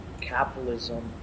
capitalism